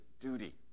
duty